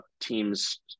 teams